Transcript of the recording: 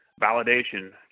validation